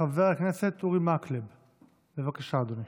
חבר הכנסת אורי מקלב, בבקשה, אדוני.